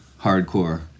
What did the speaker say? Hardcore